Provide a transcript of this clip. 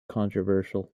controversial